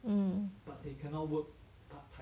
mm